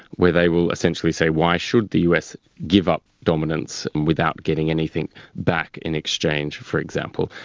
where they will essentially say why should the us give up dominance without getting anything back in exchange, for example.